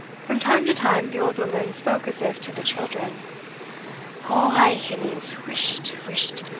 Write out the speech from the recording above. from time to time the old woman spoke as if to the children oh ay, hinnies, whisht! whisht!